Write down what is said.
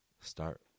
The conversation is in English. start